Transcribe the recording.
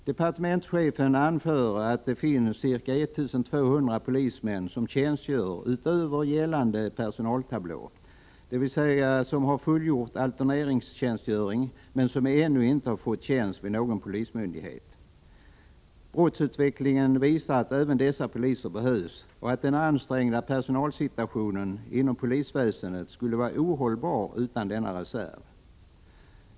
Departementschefen anför att det finns ca 1 200 polismän som tjänstgör utöver gällande personaltablå, dvs. som har fullgjort alterneringstjänstgöring men som ännu inte fått tjänst vid någon polismyndighet. Brottsutvecklingen visar att även dessa poliser behövs och att den ansträngda personalsituationen inom polisväsendet skulle vara ohållbar utan denna reserv.